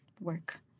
work